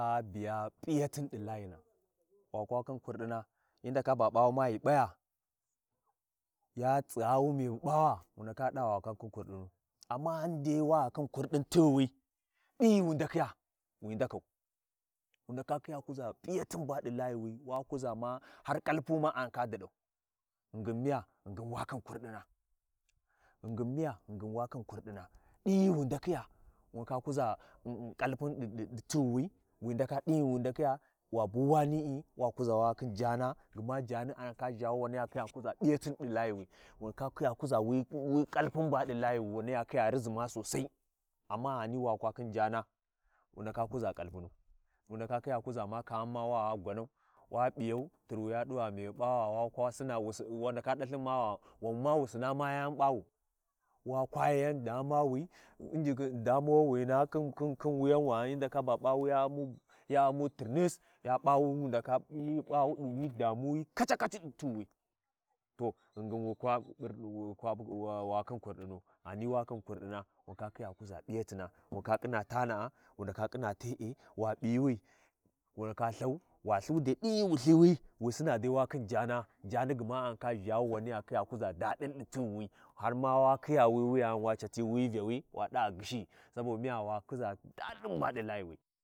We ba hyi tii, hyi tarayi Wani’e, hyi biLthin hyi Lthalthabuɗaya hyi Lthatha buɗaya, amma Lthin subu Lthabudusi, ko warakhi a wura Lthini, kuwai aʒhi ƙulina sai ma Can ba caLthin ƙulina, wunai can ƙulina, yan mabani ba ɗi yuuwai, wanwu ghani wa khin ƙulina, wi ghama Sinni bu mbani ɗi yuuwai, fhani wa khin ƙulina wan ba bu yan tsagyi ɗi duniyai, duniɗi, kayani duniyi cina’a, ci Layi tsagyi wi ƙulina, wa kwa khin ƙulini wu ndaka tsigu ɗi duniyi cinu, ghani wa khin kulimin wuka wi ta ghinhyi cini ca duniyai.